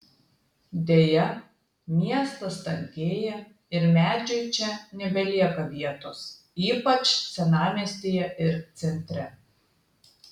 deja miestas tankėja ir medžiui čia nebelieka vietos ypač senamiestyje ir centre